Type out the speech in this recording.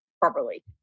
properly